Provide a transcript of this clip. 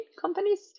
companies